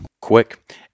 Quick